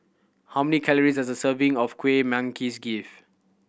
how many calories does a serving of Kueh Manggis give